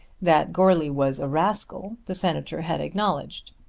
that goarly was a rascal the senator had acknowledged.